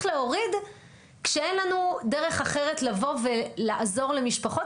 להוריד כשאין לנו דרך אחרת לבוא ולעזור למשפחות,